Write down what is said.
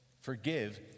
forgive